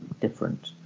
different